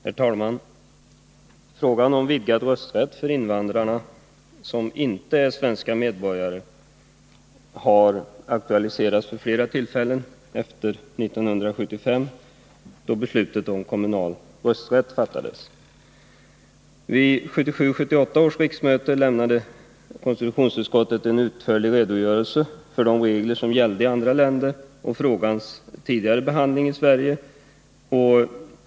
Herr talman! Frågan om vidgad rösträtt för invandrare som inte är svenska medborgare har aktualiserats vid flera tillfällen efter 1975, då beslutet om kommunal rösträtt fattades. Vid 1977/78 års riksmöte lämnade konstitutionsutskottet en utförlig redogörelse för de regler som gällde i andra länder och frågans tidigare behandling i Sverige.